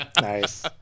Nice